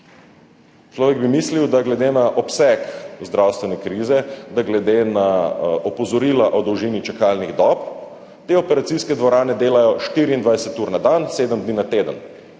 Človek bi mislil, da glede na obseg zdravstvene krize, da glede na opozorila o dolžini čakalnih dob te operacijske dvorane delajo 24 ur na dan, sedem dni na teden.